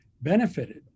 benefited